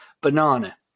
banana